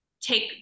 take